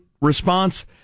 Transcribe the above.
response